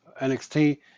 NXT